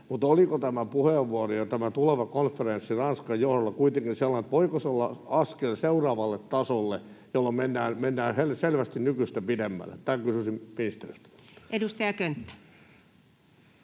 oliko tämä puheenvuoro ja tämä tuleva konferenssi Ranskan johdolla kuitenkin sellainen, että voiko se olla askel seuraavalle tasolle, jolloin mennään selvästi nykyistä pidemmälle? Tätä kysyisin ministeriltä. [Speech 198]